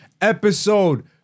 episode